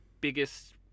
biggest